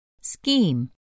Scheme